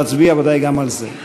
נצביע ודאי גם על זה.